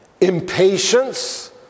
impatience